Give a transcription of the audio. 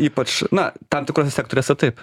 ypač na tam tikruose sektoriuose taip